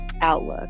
outlook